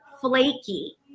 flaky